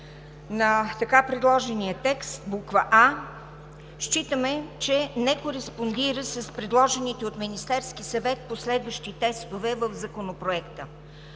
на така предложения текст, буква „а“, считаме, че не кореспондира с предложените от Министерския съвет последващи текстове в Законопроекта.